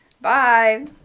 bye